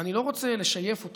ואני לא רוצה לשייף אותה,